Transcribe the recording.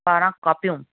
ॿारहं कॉपियूं